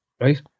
right